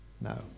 No